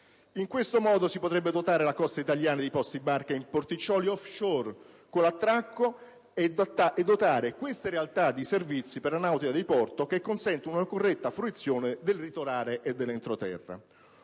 In questo modo si potrebbero dotare le coste italiane di posti barca in porticcioli *off shore* per l'attracco, e dotare queste realtà di servizi per la nautica da diporto che consentano una corretta fruizione del litorale e dell'entroterra.